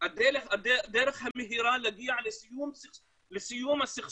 הדרך המהירה להגיע לסיום הסכסוך,